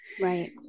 Right